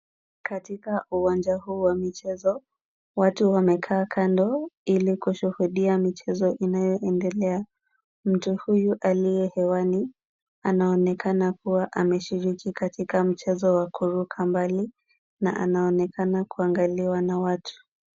Katika uwanja huu wa michezo, watu wamekaa kando ili kushuhudia michezo inayoendelea. Mtu huyu aliye hewani, anaonekana kuwa ameshiriki katika mchezo wa kuruka mbali na anaonekana kuangaliwa na watu.